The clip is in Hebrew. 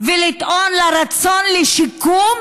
ולטעון לרצון לשיקום,